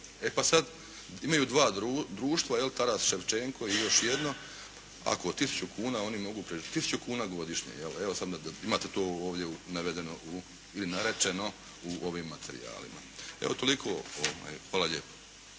E pa sad imaju dva društva Taras Ševčenko i još jedno. Ako od tisuću kuna oni mogu, tisuću kuna godišnje. Evo imate ovdje navedeno u ili narečeno u ovim materijalima. Evo toliko. Hvala lijepo.